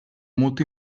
molto